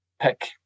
pick